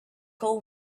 all